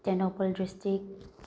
Tengnoupal district